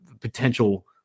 potential